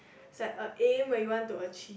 it's like a aim you want to achieve